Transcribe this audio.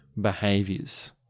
behaviors